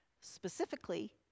Specifically